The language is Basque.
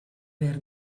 behar